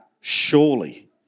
surely